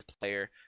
player